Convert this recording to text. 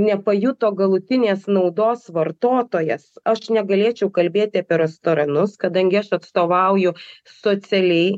nepajuto galutinės naudos vartotojas aš negalėčiau kalbėti apie restoranus kadangi aš atstovauju socialiai